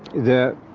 the